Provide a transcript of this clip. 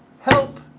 Help